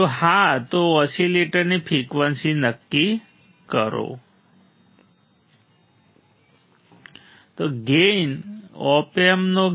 જો હા તો ઓસીલેટરની ફ્રિકવન્સી નક્કી કરો